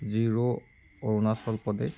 zero Arunachal Pradesh